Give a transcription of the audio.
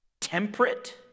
temperate